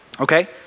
okay